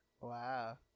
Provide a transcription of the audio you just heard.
Wow